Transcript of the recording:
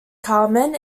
carmen